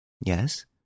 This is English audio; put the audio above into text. Yes